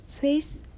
face